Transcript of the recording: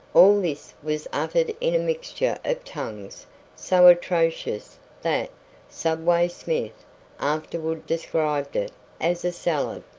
all this was uttered in a mixture of tongues so atrocious that subway smith afterward described it as a salad.